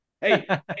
Hey